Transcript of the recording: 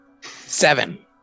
Seven